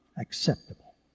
acceptable